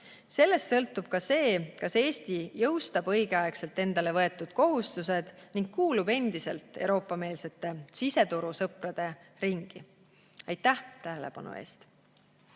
Sellest sõltub ka see, kas Eesti jõustab endale võetud kohustused õigel ajal ning kuulub endiselt Euroopa-meelsete siseturu sõprade ringi. Aitäh tähelepanu eest!